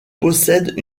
possèdent